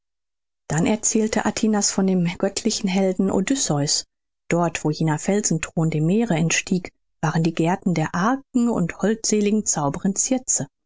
dann erzählte atinas von dem göttlichen helden odysseus dort wo jener felsenthron dem meere entstieg waren die gärten der argen und holdseligen zauberin